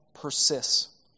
persists